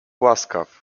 łaskaw